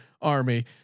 army